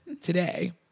today